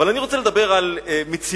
אבל אני רוצה לדבר על מציאות